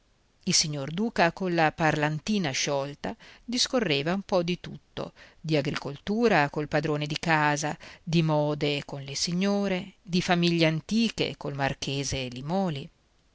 il signor duca colla parlantina sciolta discorreva un po di tutto di agricoltura col padrone di casa di mode con le signore di famiglie antiche col marchese limòli